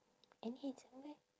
any handsome guy